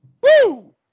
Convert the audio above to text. Woo